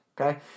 Okay